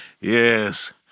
yes